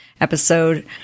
episode